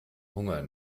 hunger